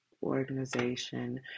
organization